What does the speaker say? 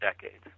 decades